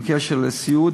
בקשר לסיעוד.